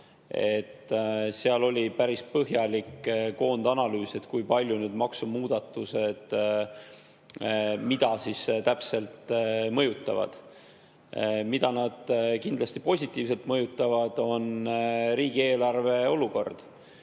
seal oli päris põhjalik koondanalüüs, kui palju ja mida need maksumuudatused täpselt mõjutavad. Mida nad kindlasti positiivselt mõjutavad, on riigieelarve olukord.